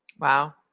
Wow